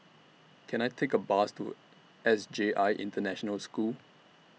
Can I Take A Bus to S J I International School